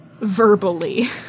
verbally